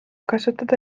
kasvatada